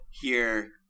here-